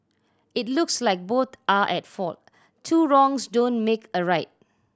it looks like both are at fault two wrongs don't make a right